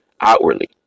outwardly